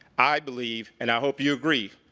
i believe and i hope you agree,